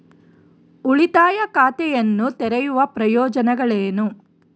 ಉಳಿತಾಯ ಖಾತೆಯನ್ನು ತೆರೆಯುವ ಪ್ರಯೋಜನಗಳೇನು?